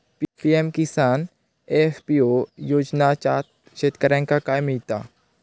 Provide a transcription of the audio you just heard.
PM Kisan FPO योजनाच्यात शेतकऱ्यांका काय मिळता?